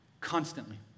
Constantly